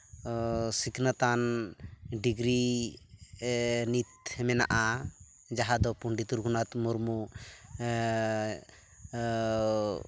ᱥᱤᱠᱷᱱᱟᱹᱛᱟᱱ degree ᱱᱤᱛ ᱢᱮᱱᱟᱜᱼᱟ ᱡᱟᱦᱟᱸ ᱫᱚ ᱯᱚᱱᱰᱤᱛ ᱨᱚᱜᱷᱩᱱᱟᱛᱷ ᱢᱩᱨᱢᱩ